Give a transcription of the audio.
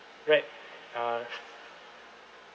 right uh